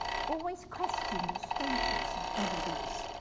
always question the status of evidence,